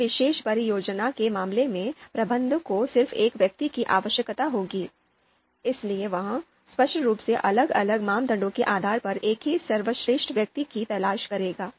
किसी विशेष परियोजना के मामले में प्रबंधक को सिर्फ एक व्यक्ति की आवश्यकता होगी इसलिए वह स्पष्ट रूप से अलग अलग मानदंडों के आधार पर एक ही सर्वश्रेष्ठ व्यक्ति की तलाश करेगा